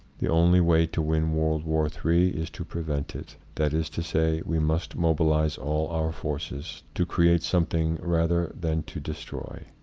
the only way to win world war iii is to prevent it. that is to say, we must mobilize all our forces to create something rather than to de stroy.